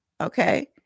okay